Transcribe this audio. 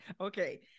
Okay